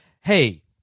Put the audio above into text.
hey